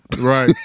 Right